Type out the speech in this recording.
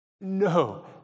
no